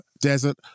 desert